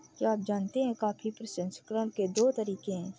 क्या आप जानते है कॉफी प्रसंस्करण के दो तरीके है?